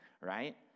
right